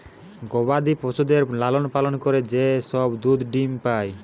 গবাদি পশুদের লালন পালন করে যে সব দুধ ডিম্ পাই